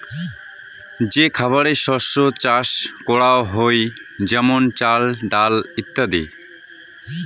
যে খাবারের শস্য চাষ করাঙ হই যেমন চাল, ডাল ইত্যাদি